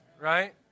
right